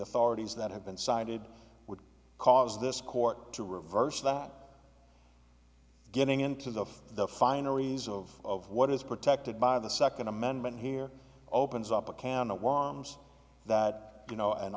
authorities that have been cited would cause this court to reverse that getting into the of the fineries of what is protected by the second amendment here opens up a can of worms that you know an